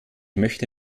möchte